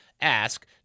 ask